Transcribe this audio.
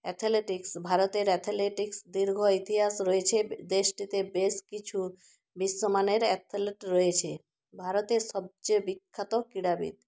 athletics ভারতের athletics দীর্ঘ ইতিহাস রয়েছে দেশটিতে বেশ কিছু বিশ্বমানের অ্যাথেলেট রয়েছে ভারতের সবচেয়ে বিখ্যাত ক্রীড়াবিদ